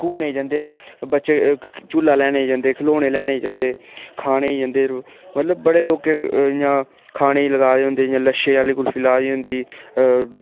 घुम्मने गी जंदे बच्चे क झुल्ला लैने गी जंदे खिलौने लैने गी जंदे खाने गी जंदे मतलब बड़े लोकें इ'यां खाने गी लाए दे होंदे जि'यां लच्छे आह्ली कुल्फी लाई दी होंदी